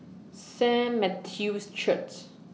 Saint Matthew's Church